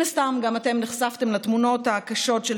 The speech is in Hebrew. מן הסתם גם אתם נחשפתם לתמונות הקשות של